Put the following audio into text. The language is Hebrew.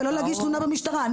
ולא להגיש תלונה במשטרה.